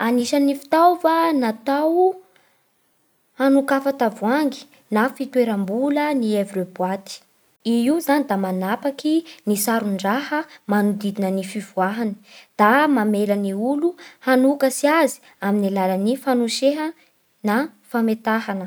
Anisan'ny fitaova natao hanokafa tavoahangy na fitoeram-bola ny ouvre-boîte. I io zany da manapaky ny saron-draha manodidina ny fivoahany, da mamela ny olo hanokatsy azy amin'ny alalan'ny fanoseha na fametahana.